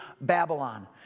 Babylon